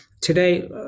today